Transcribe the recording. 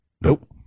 Nope